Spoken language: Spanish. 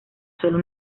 sólo